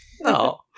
No